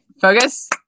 Focus